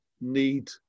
need